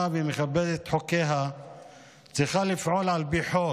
ומכבדת את חוקיה צריכה לפעול על פי חוק.